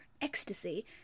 ecstasy